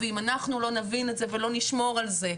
ואם אנחנו לא נבין את זה ולא נשמור על זה,